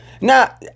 Now